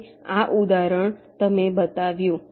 હવે આ ઉદાહરણ તમે બતાવ્યું